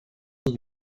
unis